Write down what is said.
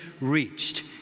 reached